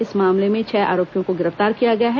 इस मामले में छह आरोपियों को गिरफ्तार किया गया है